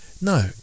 No